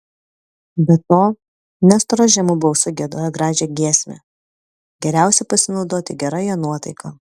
be to nestoras žemu balsu giedojo gražią giesmę geriausia pasinaudoti gera jo nuotaika